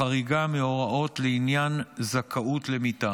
בחריגה מההוראות לעניין זכאות למיטה